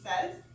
says